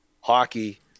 hockey